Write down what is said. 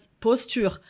posture